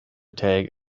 tag